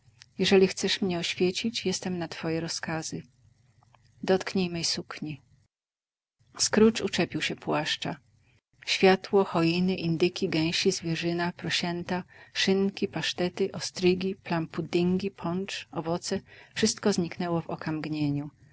jeśli chcesz mię oświecić jestem na twoje rozkazy dotknij mej sukni scrooge uczepił się płaszcza światło choiny indyki gęsi zwierzyna prosięta szynki pasztety ostrygi plumpuddingi poncz owoce wszystko zniknęło w oka